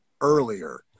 earlier